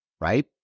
right